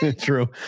True